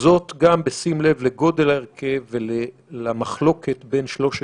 בהחלטת בג"ץ האוסרת להרוס את בית המחבל ובקשה לדיון